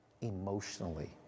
emotionally